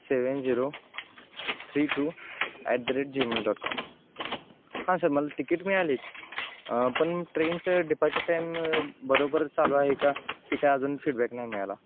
seven zero three two at the rate Gmail dot com हा sir मला ticket मिळाली आहेत पण ट्रेनचं डिपार्चर टाईम बरोबर चालू आहे का हे काय अजून फीडबॅक नाही मिळाला